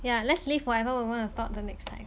ya let's leave whatever you wanna talk the next time